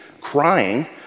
crying